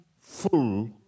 full